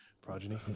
progeny